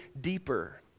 deeper